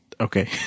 Okay